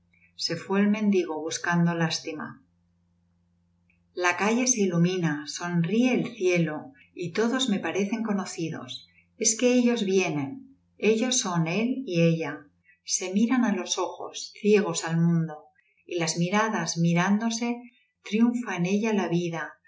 se fué el mendigo buscando lástimala calle se ilumina sonríe el cielo y todos me parecen conocidos es que ellos vienen ellos son él y ella se miran á lo ojos ciegos al mundo las miradas mirándose triunfa en ella la vida